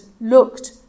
looked